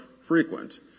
frequent